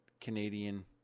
Canadian